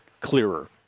clearer